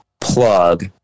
plug